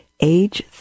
age